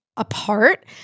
Apart